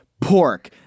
Pork